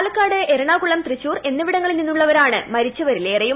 പാലക്കാട് എറണാകുളം തൃശ്ശൂർ എന്നിവിടങ്ങളിൽ നിന്നുളളവരാണ് മരിച്ചവരിലേറെയും